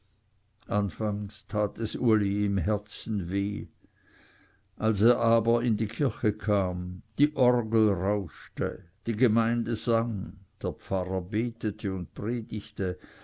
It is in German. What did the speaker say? anfangs tat es uli im herzen weh als er aber in die kirche kam die orgel rauschte die gemeinde sang der pfarrer betete und predigte